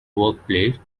workplace